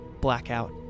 blackout